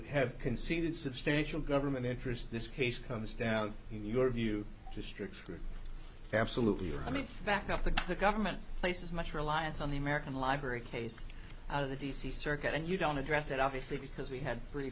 have conceded substantial government interest in this case comes down in your view district absolutely or i mean back up to the government places much reliance on the american library case out of the d c circuit and you don't address it obviously because we had